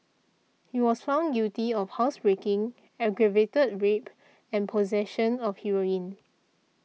he was found guilty of housebreaking aggravated rape and possession of heroin